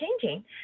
changing